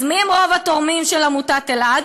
אז מי הם רוב התורמים של עמותת אלע"ד?